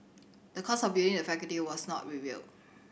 the cost of building the faculty was not revealed